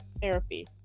therapy